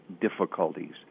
difficulties